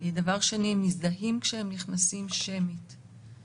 גם הדרך שבה התקנות האלה הופעלו קודם שאלה היועצת